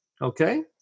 Okay